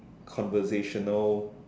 conversational